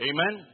Amen